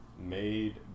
made